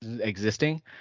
existing